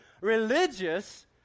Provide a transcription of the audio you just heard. religious